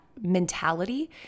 mentality